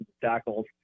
tackles